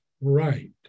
right